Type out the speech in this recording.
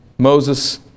Moses